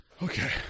Okay